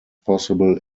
possible